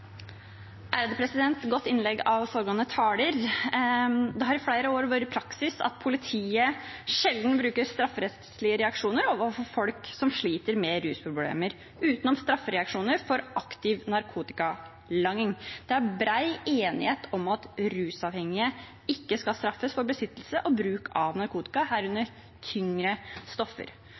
Det har i flere år vært praksis at politiet sjelden bruker strafferettslige reaksjoner overfor folk som sliter med rusproblemer, utenom straffereaksjoner for aktiv narkotikalanging. Det er bred enighet om at rusavhengige ikke skal straffes for besittelse og bruk av narkotika, herunder tyngre stoffer.